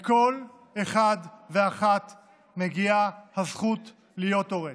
לכל אחד ואחת מגיעה הזכות להיות הורה,